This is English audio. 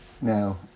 Now